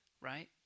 Right